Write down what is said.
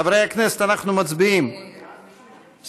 חברי הכנסת, אנחנו מצביעים, סליחה,